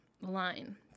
line